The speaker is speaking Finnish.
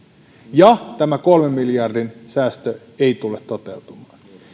ja tämä kolmen miljardin säästö ei tule toteutumaan